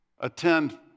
attend